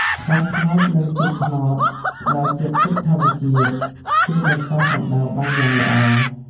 ផ្លែត្នោតនិងទឹកត្នោត ផ្តល់ជាតិទឹកធម្មជាតិ ជួយបន្សាបកម្ដៅបានយ៉ាងល្អ។